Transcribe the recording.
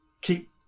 Keep